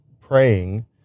praying